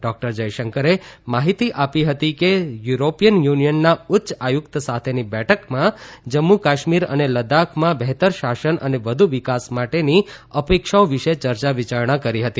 doctor જયશંકરે માહિતી આપી હતી કે યુરોપીયન યુનિયનના ઉચ્ચ આયુક્ત સાથેની બેઠકમાં જમ્મુ કાશ્મીર અને લદ્દાખમાં બહેતર શાસન અને વધુ વિકાસ માટેની અપેક્ષાઓ વિષે ચર્ચા વિચારણા કરી હતી